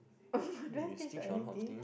you never stinge on anything